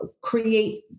create